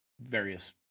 various